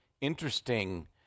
interesting